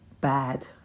bad